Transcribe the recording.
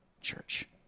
church